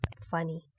funny